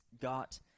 got